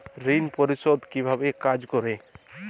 ঋণ পরিশোধ কিভাবে কাজ করে?